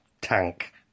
tank